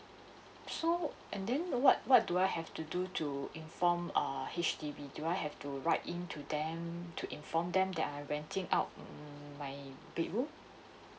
so and then what what do I have to do to inform err H_D_B do I have to write in to them to inform them that I renting out mm my bedroom